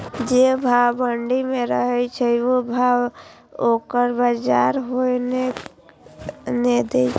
जे भाव मंडी में रहे छै ओ भाव लोकल बजार कीयेक ने दै छै?